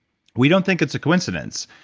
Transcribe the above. we don't think it's a coincidence.